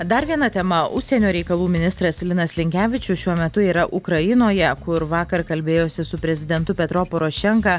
dar viena tema užsienio reikalų ministras linas linkevičius šiuo metu yra ukrainoje kur vakar kalbėjosi su prezidentu petro porošenka